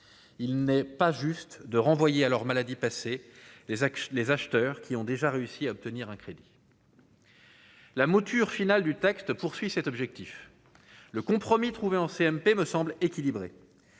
il n'est pas juste de renvoyer à leur maladie, passer les axes, les acheteurs qui ont déjà réussi à obtenir un crédit. La mouture finale du texte poursuit cet objectif, le compromis trouvé en CMP me semble équilibré,